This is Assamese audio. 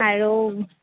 আৰু